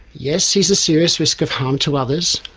yes, he is a serious risk of harm to others,